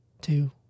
two